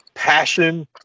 Passion